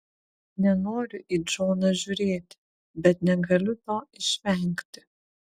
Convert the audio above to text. nenoriu į džoną žiūrėti bet negaliu to išvengti